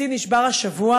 השיא נשבר השבוע.